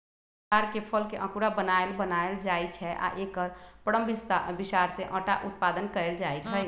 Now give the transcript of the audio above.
तार के फलके अकूरा बनाएल बनायल जाइ छै आ एकर परम बिसार से अटा उत्पादन कएल जाइत हइ